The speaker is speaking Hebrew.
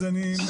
אז אני,